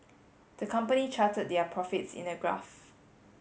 the company charted their profits in a graph